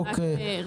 1 נגד,